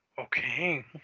Okay